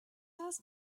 ask